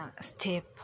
step